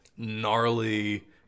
gnarly